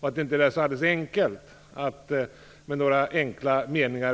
Det är inte alldeles enkelt att förändra lagstiftningen med några meningar.